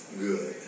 good